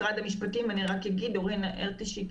הצבעה אושר.